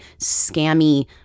scammy